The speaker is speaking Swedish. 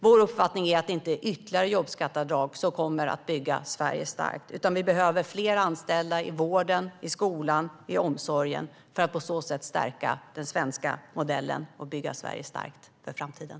Vår uppfattning är att det inte är ytterligare jobbskatteavdrag som kommer att bygga Sverige starkt. Vi behöver fler anställda i vården, i skolan och i omsorgen för att på så sätt stärka den svenska modellen och bygga Sverige starkt för framtiden.